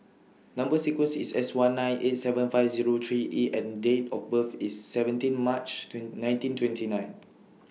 Number sequence IS S one nine eight seven five Zero three E and Date of birth IS seventeen March nineteen twenty nine